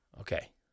Okay